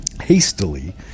Hastily